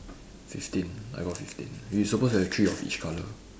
fifteen I got fifteen you supposed to have three of each colour